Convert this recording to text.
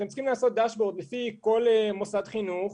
אתם צריכים לעשות דאשבורד לפי כל מוסד חינוך,